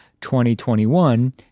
2021